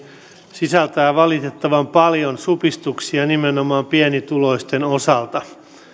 sisältää valitettavan paljon supistuksia nimenomaan pienituloisten osalta